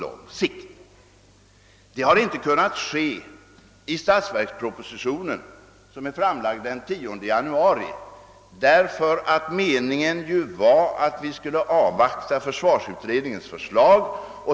Detta har inte kunnat intagas i statsverkspropositionen, som är framlagd den 10 januari, därför att meningen ju var att vi skulle avvakta försvarsutredningens förslag.